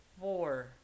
four